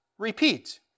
Repeat